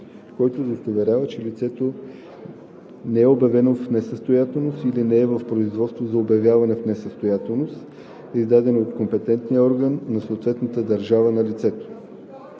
който удостоверява, че лицето не е обявено в несъстоятелност или не е в производство за обявяване в несъстоятелност, издадени от компетентния орган на съответната държава на лицето;